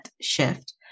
shift